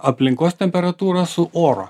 aplinkos temperatūros su oro